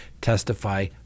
testify